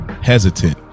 hesitant